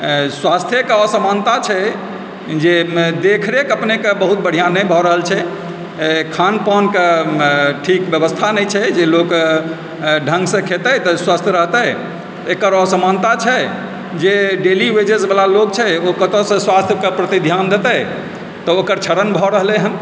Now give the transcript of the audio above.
स्वास्थेके असमानता छै जे देखरेख अपनेके बहुत बढ़िआँ नहि भऽ रहल छै खानपानके ठीक व्यवस्था नहि छै जे लोक ढङ्गसँ खेतै तऽ स्वस्थ रहतै एकर असमानता छै जे डेली वेजेजवला लोक छै ओ कतयसँ स्वास्थके प्रति ध्यान देतै तऽ ओकर छरन भऽ रहलैहँ